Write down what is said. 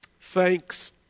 thanks